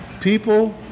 People